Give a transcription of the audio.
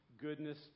goodness